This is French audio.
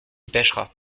pêchera